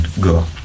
go